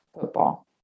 Football